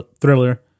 thriller